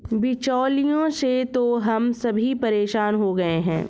बिचौलियों से तो हम सभी परेशान हो गए हैं